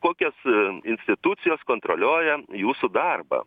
kokios institucijos kontroliuoja jūsų darbą